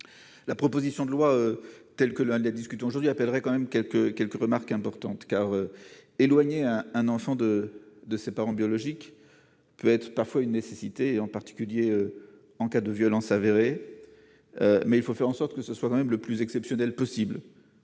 La proposition de loi, tels que l'Inde et discutons aujourd'hui appellerait quand même quelques quelques remarques importantes car éloigné, hein, un enfant de de ses parents biologiques peut être parfois une nécessité, en particulier en cas de violence avérée, mais il faut faire en sorte que ce soit quand même le plus exceptionnel possible